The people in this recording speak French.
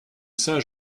saint